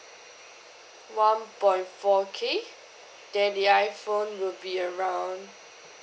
one point four K then the iphone would be around